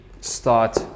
start